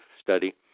study